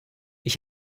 ich